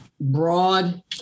broad